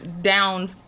down